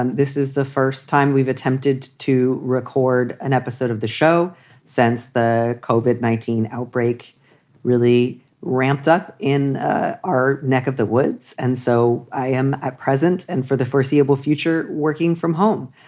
and this is the first time we've attempted to record an episode of the show since the culvert nineteen outbreak really ramped up in ah our neck of the woods. and so i am at present and for the foreseeable future, working from home.